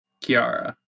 Kiara